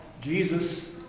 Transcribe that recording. Jesus